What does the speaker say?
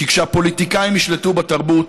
כי כשהפוליטיקאים ישלטו בתרבות,